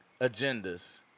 agendas